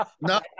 No